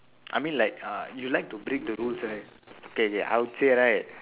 I mean like uh you would like to break the rules right okay okay I would say right